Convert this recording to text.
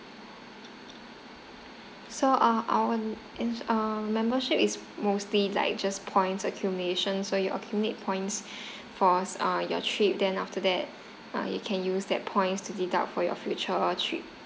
so uh our in uh membership is mostly like just points accumulation so you accumulate points for uh your trip then after that you can use that points to deduct for your future trip